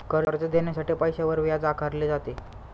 कर्ज देण्यासाठी पैशावर व्याज आकारले जाते